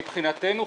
מבחינתנו,